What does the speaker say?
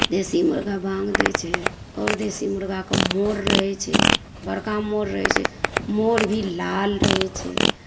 देशी मुर्गा बाङ्ग दै छै आओर देशी मुर्गा कऽ मोर रहै छै बरका मोर रहै छै मोर भी लाल रहै छै